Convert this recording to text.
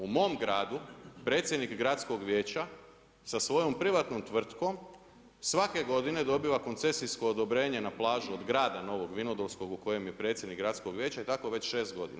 U mom gradu predsjednik gradskog vijeća sa svojom privatnom tvrtkom svake godine dobiva koncesijsko odobrenje na plažu od grada Novog Vinodolskog u kojem je predsjednik gradskog vijeća i tako već 6 godina.